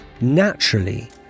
Naturally